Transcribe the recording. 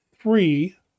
three